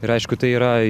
ir aišku tai yra